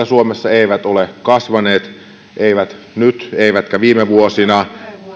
suomessa eivät ole kasvaneet eivät nyt eivätkä viime vuosina